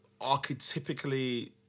archetypically